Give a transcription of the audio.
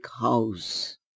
house